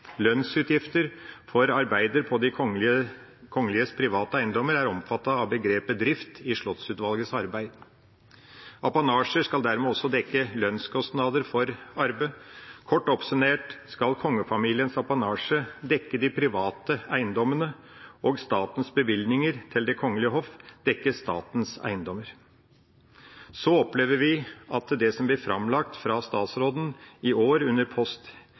Lønnsutgifter for arbeid på de kongeliges private eiendommer er omfattet av begrepet «drift» i Slottsutvalgets arbeid. Apanasjer skal dermed også dekke lønnskostnader for arbeid. Kort oppsummert skal kongefamiliens apanasje dekke de private eiendommene, mens statens bevilgninger til Det kongelige hoff skal dekke statens eiendommer. Så opplever vi at det som ble framlagt fra statsråden i år under kap. 1 post